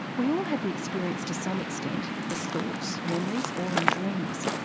we all have the experience to some extent, as thoughts, memories or in dreams,